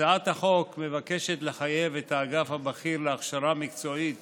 הצעת החוק מבקשת לחייב את האגף הבכיר להכשרה מקצועית